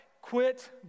Quit